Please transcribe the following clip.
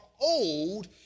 old